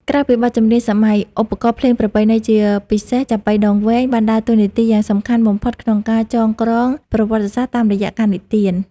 ក្រៅពីបទចម្រៀងសម័យ ឧបករណ៍ភ្លេងប្រពៃណីជាពិសេស ចាប៉ីដងវែង បានដើរតួនាទីយ៉ាងសំខាន់បំផុតក្នុងការចងក្រងប្រវត្តិសាស្ត្រតាមរយៈការនិទាន។